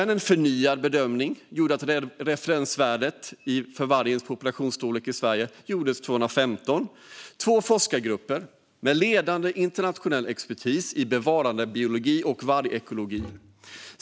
En förnyad bedömning av referensvärdet för vargens populationsstorlek i Sverige gjordes 2015 av två forskargrupper med ledande internationell expertis i bevarandebiologi och vargekologi.